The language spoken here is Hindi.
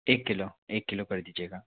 एक किलो एक किलो कर दीजिएगा